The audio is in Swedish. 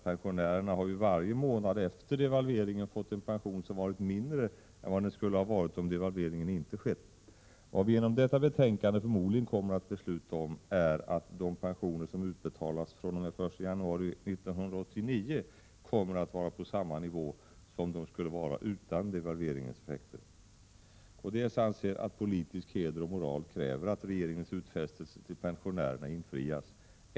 Pensionärerna har ju varje månad efter devalveringen fått en pension, som varit mindre än vad den skulle ha varit om devalveringen inte skett. Vad vi genom detta betänkande förmodligen kommer att besluta om, är att pensioner som utbetalas fr.o.m. den 1 januari 1989 kommer att ligga på samma nivå som de skulle ha legat på utan devalveringens effekter. Kds anser att politisk heder och moral kräver att regeringens utfästelser till pensionärerna infrias.